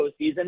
postseason